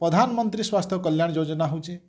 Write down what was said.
ପ୍ରଧାନମନ୍ତ୍ରୀ ସ୍ୱାସ୍ଥ୍ୟ କଲ୍ୟାଣ୍ ଯୋଜନା ହେଉଛି